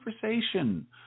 conversation